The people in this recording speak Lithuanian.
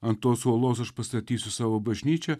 ant tos uolos aš pastatysiu savo bažnyčią